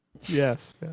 Yes